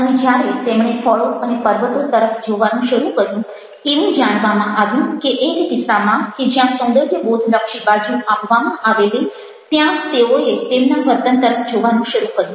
અને જ્યારે તેમણે ફળો અને પર્વતો તરફ જોવાનું શરૂ કર્યું એવું જાણવામાં આવ્યું કે એક કિસ્સામાં કે જ્યાં સૌંદર્યબોધલક્ષી બાજુ આપવામાં આવેલી ત્યાં તેઓએ તેમના વર્તન તરફ જોવાનું શરૂ કર્યું